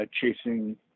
chasing